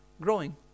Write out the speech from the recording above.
growing